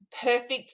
perfect